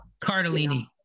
Cardellini